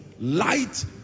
Light